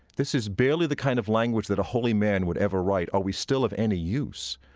this is barely the kind of language that a holy man would ever write, are we still of any use?